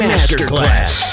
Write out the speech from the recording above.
Masterclass